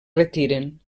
retiren